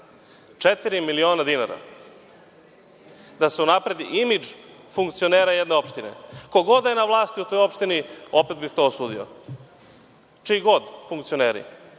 miliona dinara da se unapredi imidž funkcionera jedne opštine. Ko god da je na vlasti u toj opštini, odmah bi to osudio. Čiji god funkcioneri,